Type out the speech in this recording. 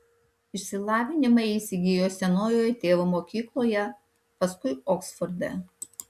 išsilavinimą jis įgijo senojoje tėvo mokykloje paskui oksforde